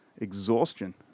exhaustion